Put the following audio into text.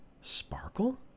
Sparkle